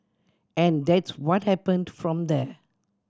and that's what happened from there